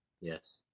Yes